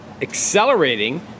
accelerating